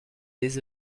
des